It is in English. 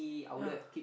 ya